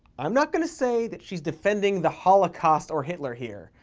i'm not gonna say that she's defending the holocaust or hitler here,